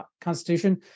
Constitution